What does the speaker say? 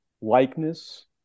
likeness